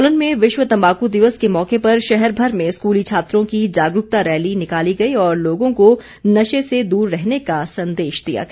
सोलन में विश्व तंबाकू दिवस के मौके पर शहरभर में स्कूली छात्रों की जागरूकता रैली निकाली गई और लोगों को नशे से दूर रहने का संदेश दिया गया